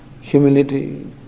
humility